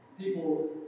people